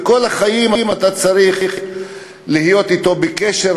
וכל החיים אתה צריך להיות אתו בקשר,